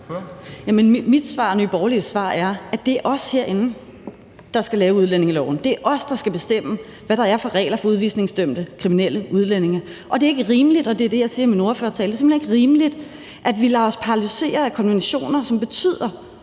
svar er, at det er os herinde, der skal vedtage udlændingeloven; det er os, der skal bestemme, hvad der er af regler for udvisningsdømte kriminelle udlændinge. Og det er simpelt hen ikke rimeligt – det er